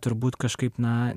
turbūt kažkaip na